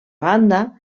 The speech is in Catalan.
banda